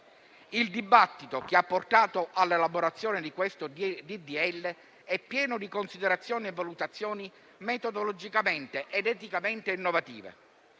Il dibattito che ha portato all'elaborazione di questo disegno di legge è pieno di considerazioni e valutazioni metodologicamente ed eticamente innovative.